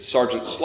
Sergeant